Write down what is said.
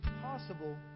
possible